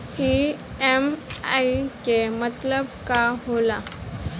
EMI के मतलब का होला?